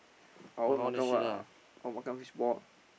I want makan what I want makan fishball